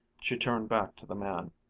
she turned back to the man.